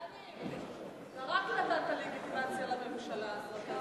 דני, אתה רק נתת לגיטימציה לממשלה הזאת.